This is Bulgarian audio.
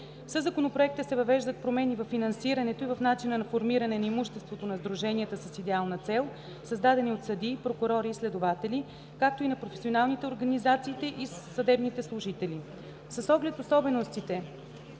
Със Законопроекта се въвеждат промени във финансирането и в начина на формиране на имуществото на сдруженията с идеална цел, създадени от съдии, прокурори и следователи, както и на професионалните организации на съдебните служители. С оглед особеностите